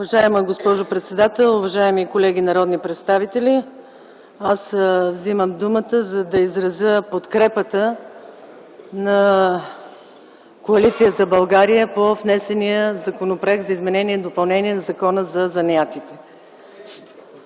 Уважаема госпожо председател, уважаеми колеги народни представители! Вземам думата, за да изразя подкрепата на Коалиция за България по внесения Законопроект за изменение и допълнение на Закона за занаятите.